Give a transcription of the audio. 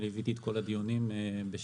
אני ליוויתי את כל הדיונים בשם